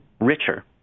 richer